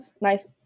Nice